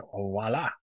voila